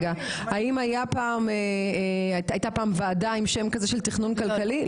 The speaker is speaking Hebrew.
האם היתה פעם ועדה עם שם כזה של תכנון כלכלי?